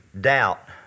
doubt